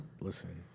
listen